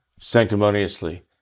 Sanctimoniously